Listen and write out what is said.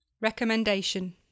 Recommendation